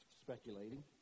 speculating